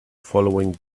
following